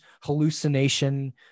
hallucination